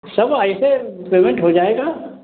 सब ऐसे पेमेंट हो जाएगा